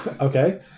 Okay